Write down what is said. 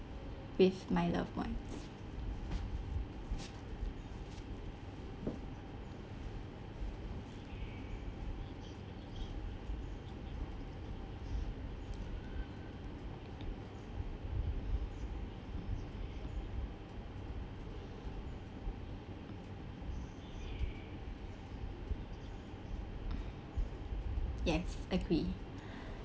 with my loved ones yes agree